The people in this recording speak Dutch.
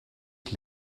het